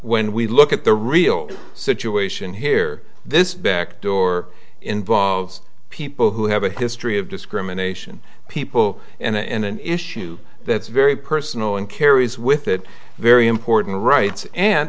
when we look at the real situation here this back door involves people who have a history of discrimination people and an issue that's very personal and carries with it very important rights and